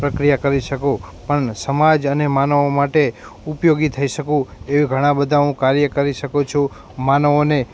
પ્રક્રિયા કરી શકું પણ સમાજ અને માનવો માટે ઉપયોગી થઇ શકું એવી ઘણાં બધા હું કાર્યો કરી શકું છું માનવોને